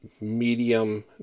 medium